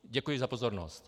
Děkuji za pozornost.